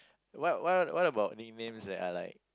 what what what about nicknames that are like